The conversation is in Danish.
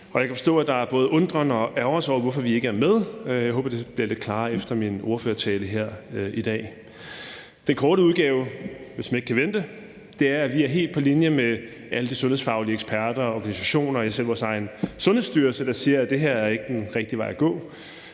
af. Jeg kan forstå, at der både er undren og ærgrelse over, hvorfor vi ikke er med. Jeg håber, det bliver lidt klarere efter min ordførertale her i dag. Den korte udgave, hvis man ikke kan vente, er, at vi er helt på linje med alle de sundhedsfaglige eksperter, organisationer og selv vores egen Sundhedsstyrelse, der siger, at det her ikke er den rigtige vej at gå.